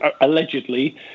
allegedly